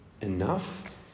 enough